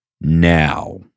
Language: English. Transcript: now